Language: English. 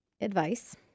advice